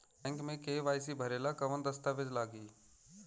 Bank मे KYC भरेला कवन दस्ता वेज लागी?